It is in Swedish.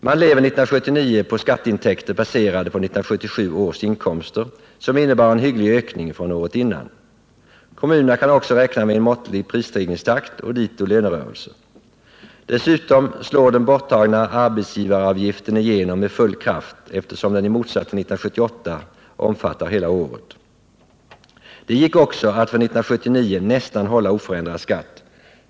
Man lever 1979 på skatteintäkter, baserade på 1977 års inkomster, som innebar en hygglig ökning från året innan. Kommunerna kan också räkna med en måttlig prisstegringstakt och lönerörelse. Dessutom slår den borttagna arbetsgivaravgiften igenom med full kraft, eftersom den i motsats till 1978 omfattar hela året. Det gick också att för 1979 behålla nästan oförändrad skatt.